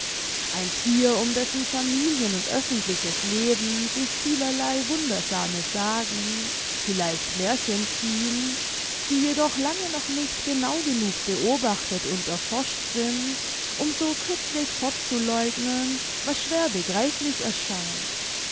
ein thier um dessen familien und öffentliches leben sich vielerlei wundersame sagen vielleicht märchen ziehen die jedoch lange noch nicht genau genug beobachtet und erforscht sind um so kurzweg fortzuleugnen was schwer begreiflich erscheint